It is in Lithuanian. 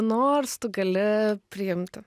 nors tu gali priimti